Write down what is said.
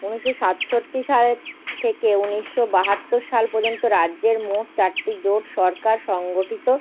উনিশশো সাতষট্টি সালের থেকে উনিশশো বাহাত্তর সাল পর্যন্ত রাজ্যের মোট চারটি জোট সরকার সংগঠিত